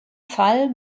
fall